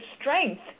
strength